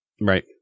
right